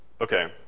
Okay